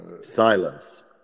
silence